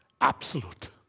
absolute